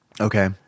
Okay